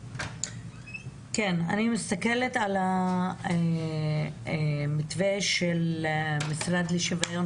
אני מסתכלת על המתווה של המשרד לשוויון